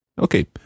Okay